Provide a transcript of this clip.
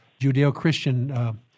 Judeo-Christian